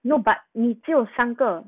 no but 你只有三个